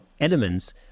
elements